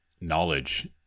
knowledge